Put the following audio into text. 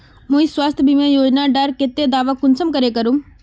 मुई स्वास्थ्य बीमा योजना डार केते दावा कुंसम करे करूम?